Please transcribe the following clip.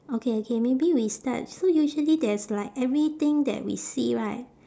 okay okay maybe we start so usually there's like everything that we see right